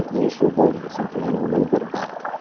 the issue of voting, something i know a little bit about.